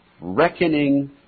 reckoning